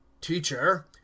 teacher